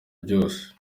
ryose